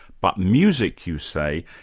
but music, you say,